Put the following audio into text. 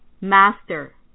master